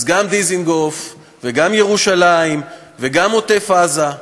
אז גם דיזנגוף וגם ירושלים וגם עוטף-עזה.